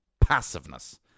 passiveness